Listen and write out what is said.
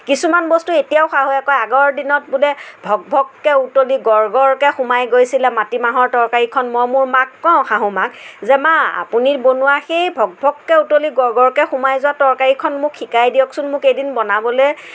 কিছুমান বস্তু এতিয়াও শাহুৱে কয় আগৰ দিনত বোলে ভকভককৈ উতলি গৰগৰকৈ সোমাই গৈছিলে মাটিমাহৰ তৰকাৰীখন মই মোৰ মাক কওঁ শাহুমাক যে মা আপুনি বনোৱা সেই ভকভককৈ উতলি গৰগৰকৈ সোমাই যোৱা তৰকাৰীখন মোক শিকাই দিয়কচোন মোক এদিন বনাবলৈ